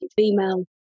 female